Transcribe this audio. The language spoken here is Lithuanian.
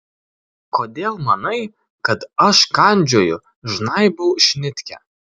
kodėl manai kad aš kandžioju žnaibau šnitkę